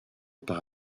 par